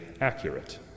accurate